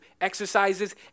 exercises